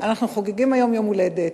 אנחנו חוגגים היום יום-הולדת,